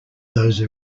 those